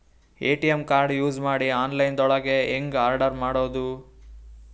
ATM card use ಮಾಡಿ online ದೊಳಗೆ ಹೆಂಗ್ ಆರ್ಡರ್ ಮಾಡುದು?